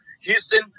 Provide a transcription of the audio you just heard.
Houston